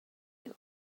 you